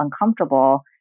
uncomfortable